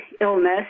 illness